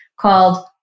called